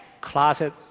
closet